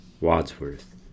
wadsworth